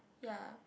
ya